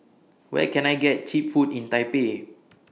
Where Can I get Cheap Food in Taipei